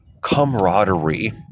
camaraderie